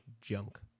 junk